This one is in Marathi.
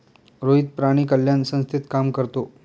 रोहित प्राणी कल्याण संस्थेत काम करतो